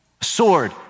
Sword